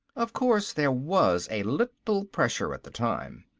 of course there was a little pressure at the time.